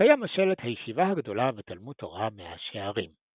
כיום השלט "הישיבה הגדולה ותלמוד תורה מאה שערים".